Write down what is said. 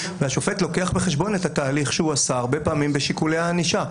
והשופט לוקח בחשבון את התהליך שהוא עשה הרבה פעמים בשיקולי הענישה.